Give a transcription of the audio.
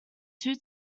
two